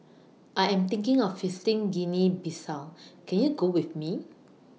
I Am thinking of visiting Guinea Bissau Can YOU Go with Me